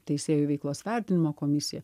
teisėjų veiklos vertinimo komisija